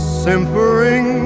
simpering